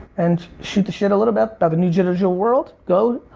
and shoot the shit a little bit about the new jitter jitter world, go.